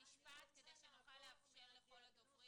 במשפט, כדי שנוכל לאפשר לכל הדוברים.